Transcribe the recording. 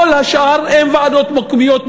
בכל שאר היישובים הערביים אין ועדות מקומיות.